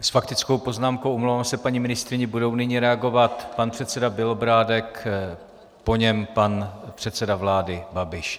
S faktickou poznámkou omlouvám se paní ministryni budou nyní reagovat pan předseda Bělobrádek, po něm pan předseda vlády Babiš.